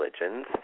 religions